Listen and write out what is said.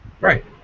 Right